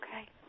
Okay